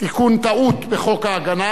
תיקון טעות בחוק ההגנה,